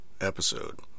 episode